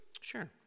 Sure